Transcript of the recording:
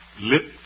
Lip